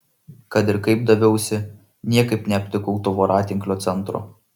kad ir kaip daviausi niekaip neaptikau to voratinklio centro